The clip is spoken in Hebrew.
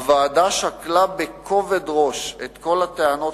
הוועדה שקלה בכובד ראש את כל הטענות